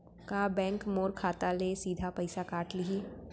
का बैंक मोर खाता ले सीधा पइसा काट लिही?